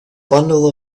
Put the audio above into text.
bundle